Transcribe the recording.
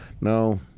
No